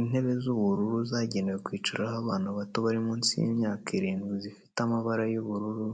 Intebe z'ubururu zagenewe kwicaraho abana bato bari munsi y'imyaka irindwi zifite amabara y'ubururu,